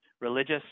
religious